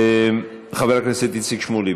חבר הכנסת איציק שמולי,